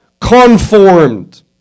conformed